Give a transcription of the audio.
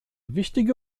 wichtige